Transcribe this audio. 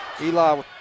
Eli